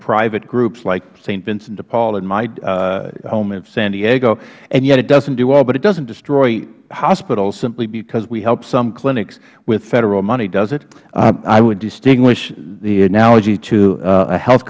private groups like saint vincent de paul in my home of san diego and yet it doesn't do all but it doesn't destroy hospitals simply because we help some clinics with federal money does it mister platts i would distinguish the analogy to a health